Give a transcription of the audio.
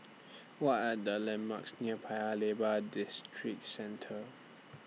What Are The landmarks near Paya Lebar Districentre